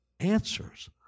answers